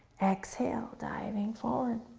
exhale, diving forward.